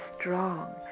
strong